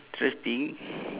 interesting